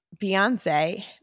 Beyonce